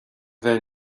bheith